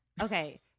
Okay